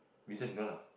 Vincent don't want ah